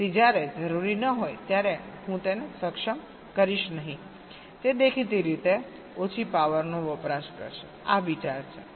તેથી જ્યારે જરૂરી ન હોય ત્યારે હું તેને સક્ષમ કરીશ નહીં જે દેખીતી રીતે ઓછી પાવરનો વપરાશ કરશે આ વિચાર છે